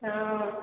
हँ